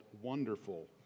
Wonderful